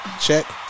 Check